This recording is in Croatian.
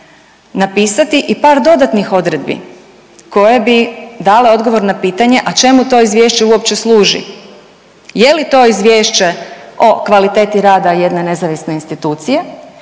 napisati i par dodatnih odredbi koje bi dale odgovor na pitanje, a čemu to izvješće uopće služi. Je li to izvješće o kvaliteti rada jedne nezavisne institucije